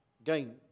again